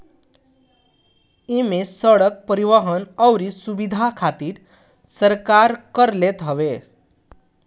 इमे सड़क, परिवहन अउरी सुविधा खातिर सरकार कर लेत हवे